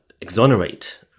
exonerate